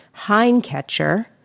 hindcatcher